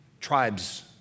tribes